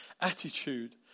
attitude